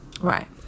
Right